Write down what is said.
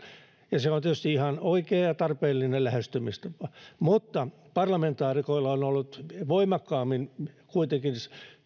ja se on tietysti ihan oikea ja tarpeellinen lähestymistapa mutta parlamentaarikoilla on ollut voimakkaammin kuitenkin